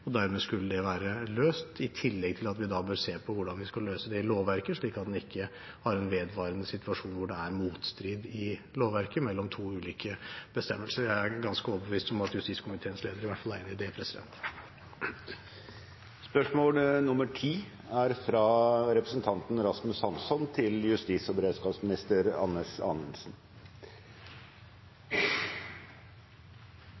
og dermed skulle det være løst – i tillegg til at vi bør se på hvordan vi skal løse det lovverket slik at en ikke har en vedvarende situasjon hvor det er motstrid i lovverket mellom to ulike bestemmelser. Jeg er ganske overbevist om at justiskomiteens leder i hvert fall er enig i det.